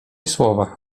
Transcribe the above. słowa